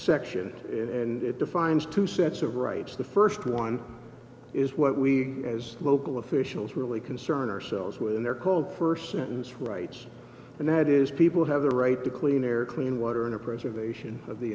section and it defines two sets of rights the first one is what we as local officials really concern ourselves when they're called first sentence rights and that is people have the right to clean air clean water and a preservation of the